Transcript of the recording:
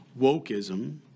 wokeism